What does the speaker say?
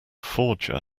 forger